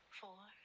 four